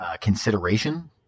consideration